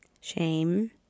shame